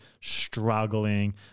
struggling